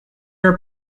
are